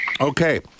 Okay